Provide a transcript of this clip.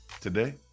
today